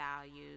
values